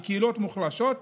מקהילות מוחלשות,